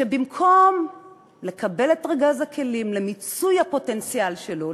שבמקום לקבל את ארגז הכלים למיצוי הפוטנציאל שלו,